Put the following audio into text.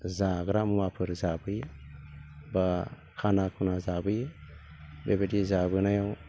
जाग्रा मुवाफोर जाफैयो बा खाना खुना जाबोयो बेबायदि जाबोनायाव